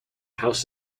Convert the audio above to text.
house